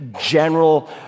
general